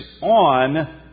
on